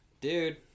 dude